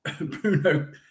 Bruno